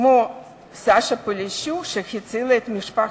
כמו סאשה פולישוק, שהצילה את משפחתי.